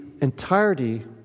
entirety